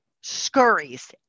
scurries